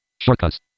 Shortcuts